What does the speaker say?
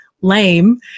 lame